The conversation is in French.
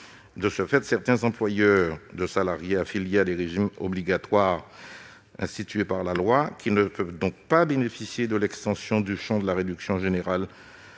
De ce fait, certains employeurs de salariés affiliés à des régimes obligatoires institués par la loi, qui ne peuvent pas bénéficier de l'extension du champ de la réduction générale